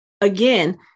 again